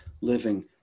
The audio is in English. living